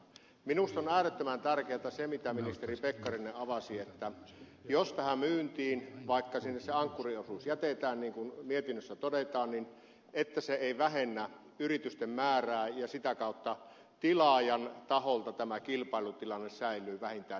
minusta on äärettömän tärkeätä se mitä ministeri pekkarinen avasi että jos tähän myyntiin mennään vaikka sinne se ankkuriosuus jätetään niin kuin mietinnössä todetaan se ei vähennä yritysten määrää ja sitä kautta tilaajan taholta tämä kilpailutilanne säilyy vähintään nykyisellään